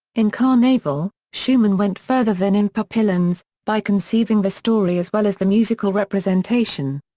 in carnaval, schumann went further than in papillons, by conceiving the story as well as the musical representation.